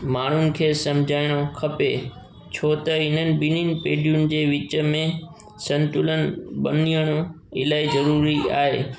माण्हुनि खे सम्झाइणो खपे छो त इन्हनि ॿिनिनि पीढ़ीयुनि जे विच में संतुलन बनाइण इलाही ज़रूरी आहे